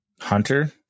hunter